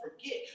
forget